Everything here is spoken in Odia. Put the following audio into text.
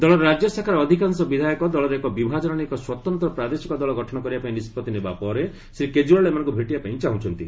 ଦଳର ରାଜ୍ୟ ଶାଖାର ଅଧିକାଂଶ ବିଧାୟକ ଦଳରେ ଏକ ବିଭାଜନ ଆଣି ଏକ ସ୍ୱତନ୍ତ୍ର ପ୍ରାଦେଶିକ ଦଳ ଗଠନ କରିବାପାଇଁ ନିଷ୍ପଭି ନେବା ପରେ ଶ୍ରୀ କେଜରିଓ୍ୱାଲ୍ ଏମାନଙ୍କୁ ଭେଟିବାପାଇଁ ଚାହୁଁଚ୍ଚନ୍ତି